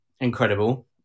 Incredible